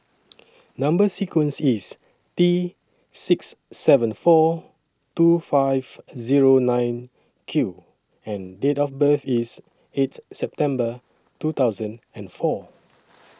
Number sequence IS T six seven four two five Zero nine Q and Date of birth IS eighth September two thousand and four